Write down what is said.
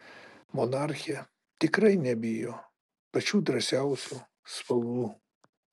monarchė tikrai nebijo pačių drąsiausių spalvų